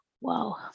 wow